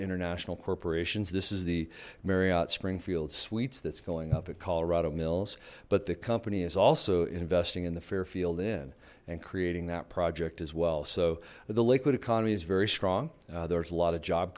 international corporations this is the marriott springfield suites that's going up at colorado mills but the company is also investing in the fairfield inn and creating that project as well so the liquid economy is very strong there's a lot of job